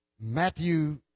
Matthew